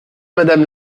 madame